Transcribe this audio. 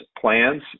plans